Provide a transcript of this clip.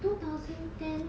two thousand ten